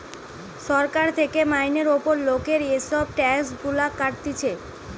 সরকার থেকে মাইনের উপর লোকের এসব ট্যাক্স গুলা কাটতিছে